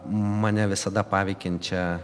mane visada paveikiančią